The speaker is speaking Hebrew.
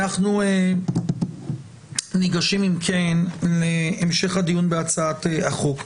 אנחנו ניגשים אם כן להמשך הדיון בהצעת החוק.